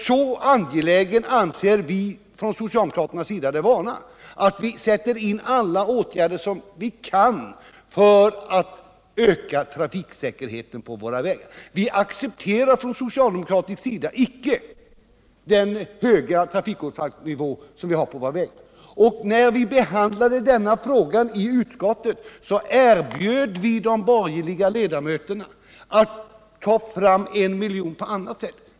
Så angeläget anser socialdemokraterna det vara att sätta in alla tänkbara åtgärder för att öka trafiksäkerheten på våra vägar. Vi socialdemokrater accepterar icke den höga trafikolycksfallsnivån på våra vägar. När vi behandlade denna fråga i utskottet erbjöd vi de borgerliga ledamöterna att ta fram en miljon på annat sätt.